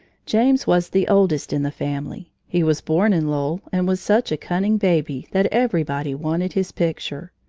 james was the oldest in the family. he was born in lowell and was such a cunning baby that everybody wanted his picture.